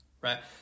right